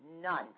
none